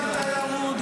גם תיירות,